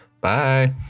Bye